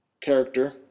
character